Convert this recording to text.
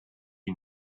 you